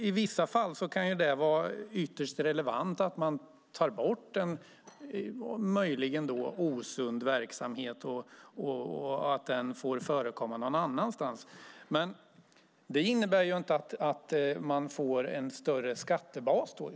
I vissa fall kan det vara ytterst relevant att man tar bort en möjligen osund verksamhet och att den får förekomma någon annanstans. Det innebär dock inte att man får en större skattebas.